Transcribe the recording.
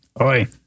Oi